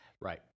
Right